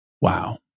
Wow